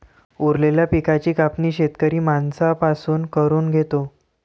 उरलेल्या पिकाची कापणी शेतकरी माणसां पासून करून घेतो